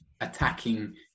attacking